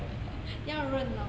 要认老